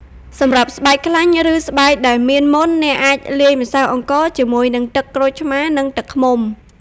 សម្រាប់ស្បែកខ្លាញ់ ឬស្បែកដែលមានមុន អ្នកអាចលាយម្សៅអង្ករជាមួយនឹងទឹកក្រូចឆ្មារ និងទឹកឃ្មុំ។